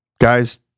guys